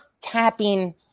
tapping